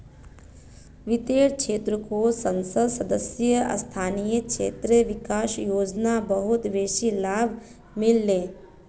वित्तेर क्षेत्रको संसद सदस्य स्थानीय क्षेत्र विकास योजना बहुत बेसी लाभ मिल ले